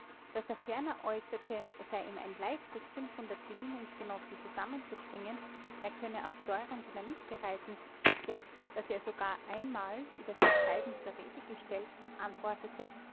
daß er ferner äußerte es sei ihm ein leichtes gesinnungsgenossen zusammenzubringen er könne aus säuren dynamit bereiten ja daß er sogar einmal über sein treiben zur rede gestellt antwortete